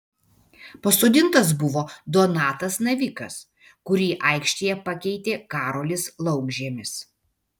pasodintas buvo donatas navikas kurį aikštėje pakeitė karolis laukžemis